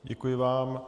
Děkuji vám.